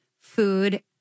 food